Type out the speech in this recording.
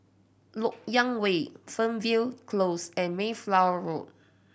Lok Yang Way Fernvale Close and Mayflower Road